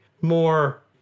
more